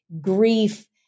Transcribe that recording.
grief